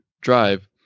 drive